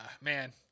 Man